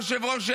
היושב-ראש,